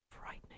frightening